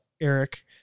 Eric